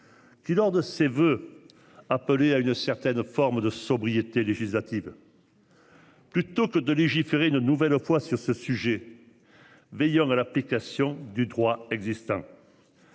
Qui, lors de ses voeux. Appelé à une certaine forme de sobriété législative. Plutôt que de légiférer. Une nouvelle fois sur ce sujet. Veillant à l'application du droit existant.